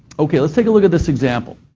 okay, let's take a look at this example.